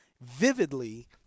vividly